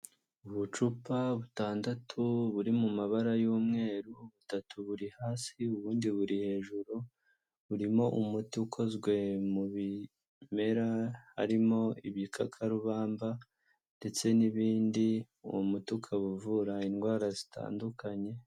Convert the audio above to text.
Ubucupa butandatu buri mu mabara y'umweru butatu buri hasi ubundi buri hejuru burimo umuti ukozwe mu bimera harimo ibikakarubamba ndetse n'ibindi uwo muti ukaba uvura indwara zitandukanye.